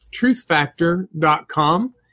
TruthFactor.com